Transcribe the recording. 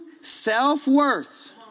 self-worth